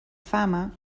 fama